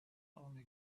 only